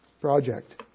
project